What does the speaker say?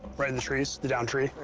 right in the trees? the downed tree?